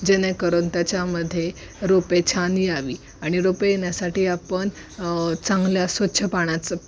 जेणेकरून त्याच्यामध्ये रोपे छान यावी आणि रोपे येण्यासाठी आपण चांगल्या स्वच्छ पाण्याचं